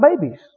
babies